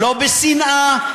לא בשנאה,